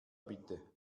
bitte